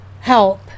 help